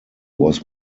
was